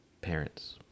parents